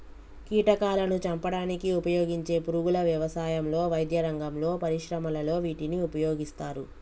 కీటకాలాను చంపడానికి ఉపయోగించే పురుగుల వ్యవసాయంలో, వైద్యరంగంలో, పరిశ్రమలలో వీటిని ఉపయోగిస్తారు